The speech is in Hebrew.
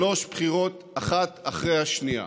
שלוש בחירות, אחת אחרי השנייה.